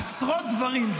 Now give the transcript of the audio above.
עשרות דברים,